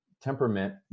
temperament